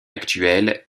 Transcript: actuel